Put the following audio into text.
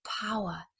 power